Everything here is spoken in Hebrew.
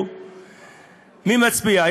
מי מצביע?